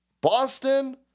Boston